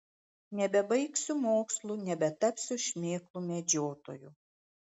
nebebaigsiu mokslų nebetapsiu šmėklų medžiotoju